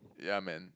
yeah man